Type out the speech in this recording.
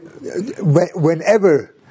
whenever